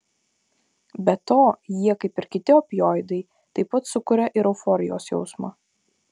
be to jie kaip ir kiti opioidai taip pat sukuria ir euforijos jausmą